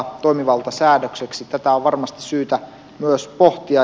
tätä on varmasti syytä myös pohtia